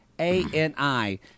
A-N-I